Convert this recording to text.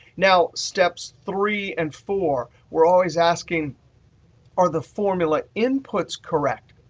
now, steps three and four. we're always asking are the formula inputs correct?